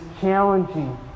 challenging